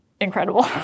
incredible